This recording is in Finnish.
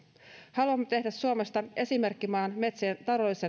haluamme tehdä suomesta esimerkkimaan metsien taloudellisen